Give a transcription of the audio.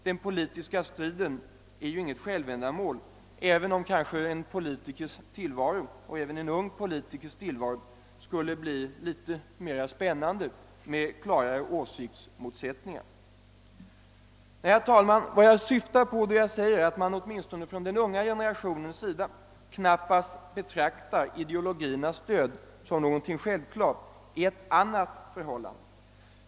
Den politiska striden är ju inget självändamål, även om kanske en politikers tillvaro — och även en ung politikers tillvaro — skulle bli litet mera spännande med klarare åsiktsmotsättningar. Nej, herr talman, vad jag syftar på då jag säger att man åtminstone från den unga generationens sida knappast betraktar ideologiernas död som någonting självklart är ett annat förhållande.